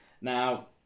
Now